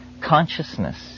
consciousness